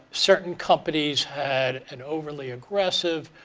certain companies had an overly aggressive